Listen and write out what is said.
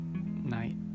night